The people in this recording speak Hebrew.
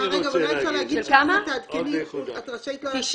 אני מציע שנשאיר לכם את שיקול הדעת.